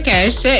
Cash